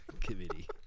Committee